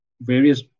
various